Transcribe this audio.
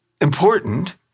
important